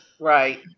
Right